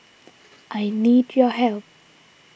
I need your help